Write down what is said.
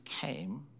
came